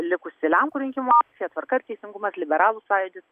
likusi lenkų rinkimų akcija tvarka ir teisingumas liberalų sąjūdis